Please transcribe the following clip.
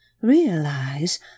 Realize